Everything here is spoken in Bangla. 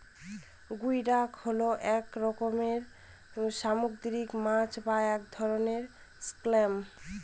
গুই ডাক হল এক রকমের সামুদ্রিক মাছ বা এক ধরনের ক্ল্যাম